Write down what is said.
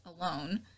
alone